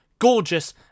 gorgeous